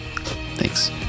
Thanks